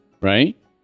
right